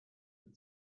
had